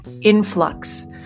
influx